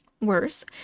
Worse